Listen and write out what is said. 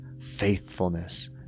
faithfulness